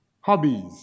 Hobbies